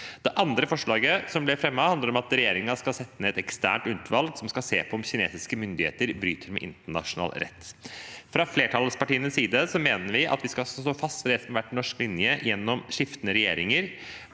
som ble fremmet, handler om at regjeringen skal sette ned et eksternt utvalg som skal se på om kinesiske myndigheter bryter med internasjonal rett. Flertallspartiene mener at vi skal stå fast ved det som har vært norsk linje gjennom skiftende regjeringer,